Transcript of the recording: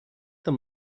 them